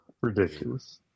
ridiculous